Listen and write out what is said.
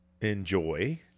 enjoy